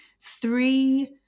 three